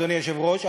אדוני היושב-ראש,